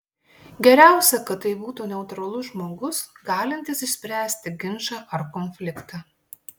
geriausia kad tai būtų neutralus žmogus galintis išspręsti ginčą ar konfliktą